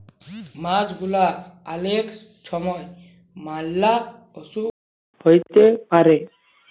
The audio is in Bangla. মাছ গুলার অলেক ছময় ম্যালা অসুখ হ্যইতে পারে